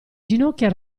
ginocchia